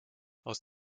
aus